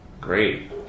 Great